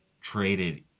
traded